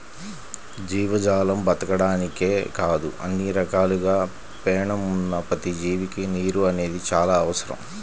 జీవజాలం బతకడానికే కాదు అన్ని రకాలుగా పేణం ఉన్న ప్రతి జీవికి నీరు అనేది చానా అవసరం